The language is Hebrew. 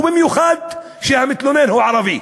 ובמיוחד כשהמתלונן הוא ערבי.